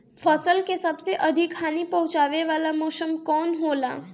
फसल के सबसे अधिक हानि पहुंचाने वाला मौसम कौन हो ला?